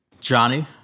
Johnny